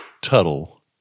Tuttle